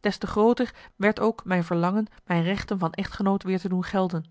des te grooter werd ook mijn verlangen mijn rechten van echtgenoot weer te doen gelden